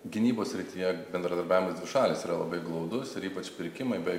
gynybos srityje bendradarbiavimas dvišalis yra labai glaudus ir ypač pirkimai bei